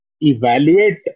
evaluate